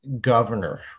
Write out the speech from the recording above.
governor